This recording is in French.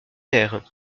guère